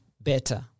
better